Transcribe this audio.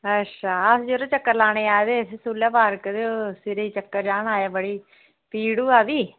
अच्छा अंऊ यरो चक्कर लानै गी आये दे हे सूला पार्क ते फिर चक्कर लाना होऐ तां बड़ी पीड़ होआ दी